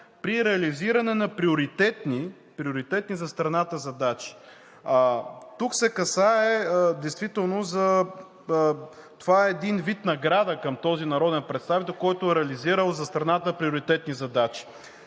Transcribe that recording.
при реализиране на приоритетни за страната задачи.“ Тук се касае действително, че това е един вид награда към този народен представител, който е реализирал за страната приоритетни задачи,